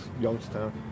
Youngstown